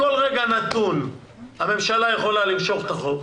בכל רגע נתון הממשלה יכולה למשוך את החוק,